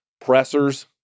pressers